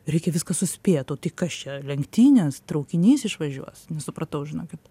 reikia viską suspėto tai kas čia lenktynės traukinys išvažiuos nesupratau žinokit